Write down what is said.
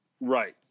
Right